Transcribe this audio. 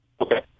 Okay